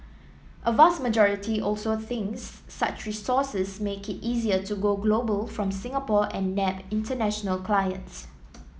a vast majority also thinks such resources make it easier to go global from Singapore and nab international clients